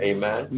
Amen